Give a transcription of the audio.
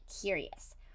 curious